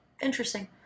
Interesting